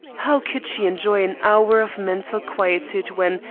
how could she enjoy an hour of mental quietude when,